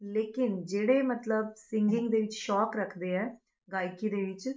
ਲੇਕਿਨ ਜਿਹੜੇ ਮਤਲਬ ਸੀਗਿੰਗ ਦੇ ਵਿੱਚ ਸ਼ੌਕ ਰੱਖਦੇ ਹੈ ਗਾਇਕੀ ਦੇ ਵਿੱਚ